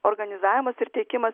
organizavimas ir tiekimas